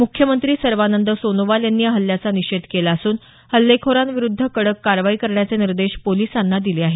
मुख्यमंत्री सर्बानंद सोनोवाल यांनी या हल्ल्याचा निषेध केला असून हल्लेखोरांविरूद्ध कडक कारवाई करण्याचे निर्देश पोलिसांना दिले आहेत